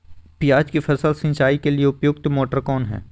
प्याज की फसल सिंचाई के लिए उपयुक्त मोटर कौन है?